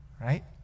right